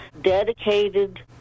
dedicated